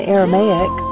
Aramaic